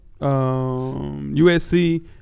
USC